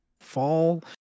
fall